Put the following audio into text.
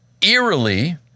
Eerily